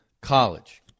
college